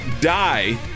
die